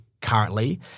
currently